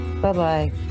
Bye-bye